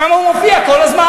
שם הוא מופיע כל הזמן.